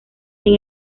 sin